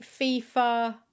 FIFA